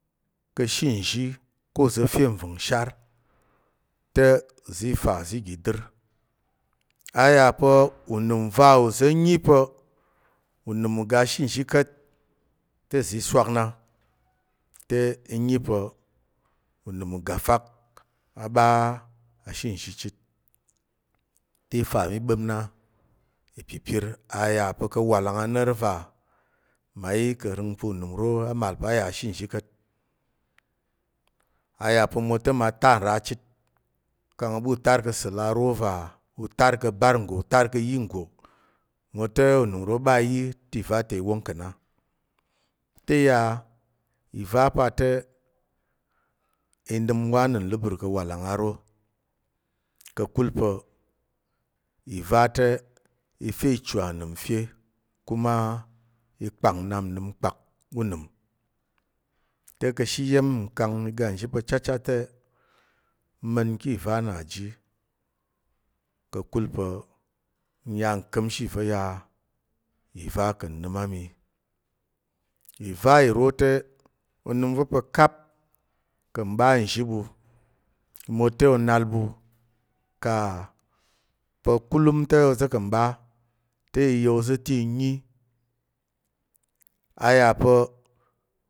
Ka̱she nzhi ko uza̱ fe nvəng shar, te uza̱ i fa uza̱ ga i dər. A yà pa̱ unəm uva uza̱ nyi pa̱ unəm uga ashe nzhi ka̱t, te uza̱ i swak na te i nyi pa̱ unəm ugafak a ɓa ashe nzhi chit. Ti i fa mí ɓəp na ipipir a yà pa̱ ka̱ awalang a noro va mmayi ka̱ rəng pa̱ a màl pa̱ unəm uro a yà ka̱she nzhi ka̱t. A yà pa̱ mwote mma tar nra chit kang u ɓu tar ka̱ sa̱l aro va u tar ka̱ bar nggo u tar ka̱ yi nggo mwote unəm uro ɓa ayi te ìva ta i wong ka̱ na. Te ya ìva pa te i nəm wa anəmləbər ka̱ walang aro, ka̱kul pa̱ ìva te i fe ichu anəm fe. Kuma i kpak nnap nnəm kpak ûnəm. Te ka̱she iya̱m nkang ga nzhi pa̱ chachat te mma̱n ki ìva na ji ka̱kul pa̱ nya nka̱mshi va̱ ya ìva ka̱ nəm a mi. ìva iro te onəm va̱ pa̱ kap ka̱ mɓa nzhi ɓu mwote onal ɓu ka pa̱ kulum te ka̱ mɓa te i ya oza̱ te i nyi. A ya pa̱